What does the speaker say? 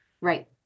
Right